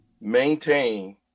maintain